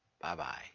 Bye-bye